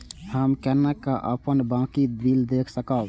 हम केना अपन बाँकी बिल देख सकब?